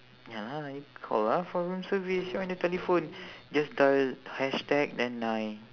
ya lah you call ah for room service you're on the telephone just dial hashtag then nine